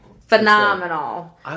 Phenomenal